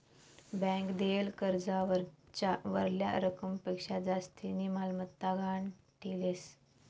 bank देयेल कर्जावरल्या रकमपक्शा जास्तीनी मालमत्ता गहाण ठीलेस